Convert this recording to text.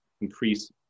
increase